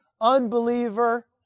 unbeliever